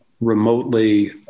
remotely